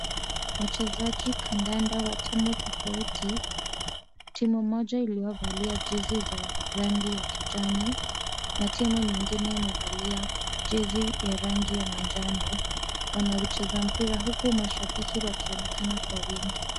Wachezaji kandanda wa timu tofauti, timu moja iliyovalia jezi za rangi ya kijani na timu nyingine imevalia jezi ya rangi ya manjano, wanaucheza mpira huku mashabiki wakionekana kwa wingi.